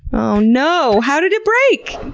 oh no! how did it break?